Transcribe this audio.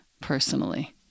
personally